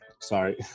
Sorry